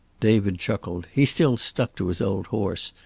david chuckled. he still stuck to his old horse,